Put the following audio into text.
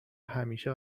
همیشه